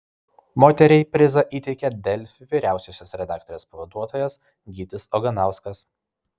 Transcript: moteriai prizą įteikė delfi vyriausiosios redaktorės pavaduotojas gytis oganauskas